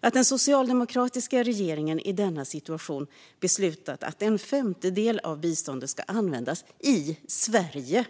Att den socialdemokratiska regeringen i denna situation beslutat att en femtedel av biståndet ska användas i Sverige